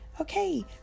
Okay